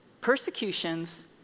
persecutions